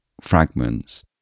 fragments